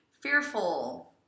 fearful